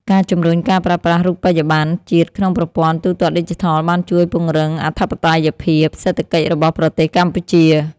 ការជំរុញការប្រើប្រាស់រូបិយប័ណ្ណជាតិក្នុងប្រព័ន្ធទូទាត់ឌីជីថលបានជួយពង្រឹងអធិបតេយ្យភាពសេដ្ឋកិច្ចរបស់ប្រទេសកម្ពុជា។